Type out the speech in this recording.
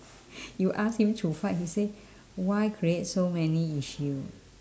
you ask him to fight he say why create so many issue